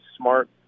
smart